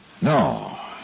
No